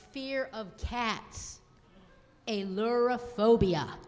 fear of cats a lure a phobia